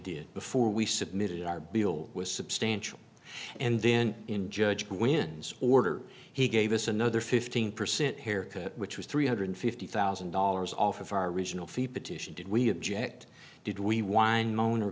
did before we submitted our bill was substantial and then in judge wins order he gave us another fifteen percent haircut which was three hundred and fifty thousand dollars off of our original fee petition did we object did we w